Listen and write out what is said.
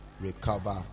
recover